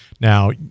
Now